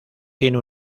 tiene